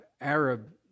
Arab